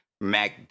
Mac